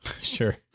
Sure